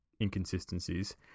inconsistencies